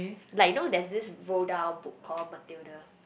like you know there's this Roald-Dahl called Mathilda